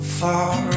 far